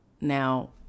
Now